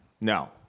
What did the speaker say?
No